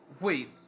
Wait